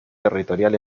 territorial